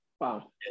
Wow